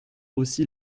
aussi